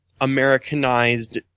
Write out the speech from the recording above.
Americanized